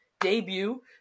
debut